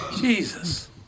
Jesus